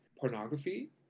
pornography